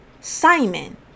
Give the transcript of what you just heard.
Simon